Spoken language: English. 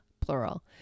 plural